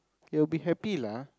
they'll be happy lah